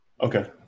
Okay